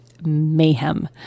mayhem